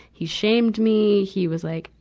he shamed me. he was like,